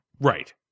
Right